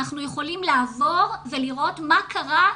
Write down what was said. אנחנו יכולים לעבור ולראות מה קרה,